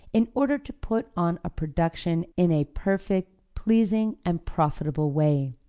in order to put on a production in a perfect, pleasing and profitable way.